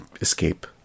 escape